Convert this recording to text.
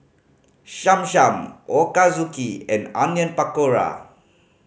Cham Cham Ochazuke and Onion Pakora